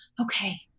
okay